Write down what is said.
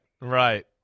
Right